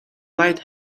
light